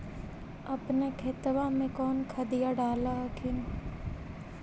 अपने खेतबा मे कौन खदिया डाल हखिन?